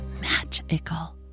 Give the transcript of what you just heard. magical